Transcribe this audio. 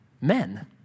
Men